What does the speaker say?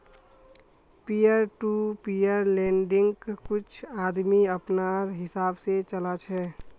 peer to peer लेंडिंग्क कुछ आदमी अपनार हिसाब से चला छे